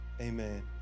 Amen